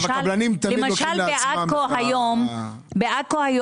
היום בעכו,